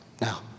Now